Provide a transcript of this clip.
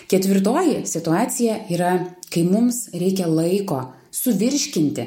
ketvirtoji situacija yra kai mums reikia laiko suvirškinti